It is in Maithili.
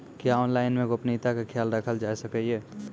क्या ऑनलाइन मे गोपनियता के खयाल राखल जाय सकै ये?